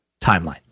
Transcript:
timeline